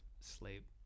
sleep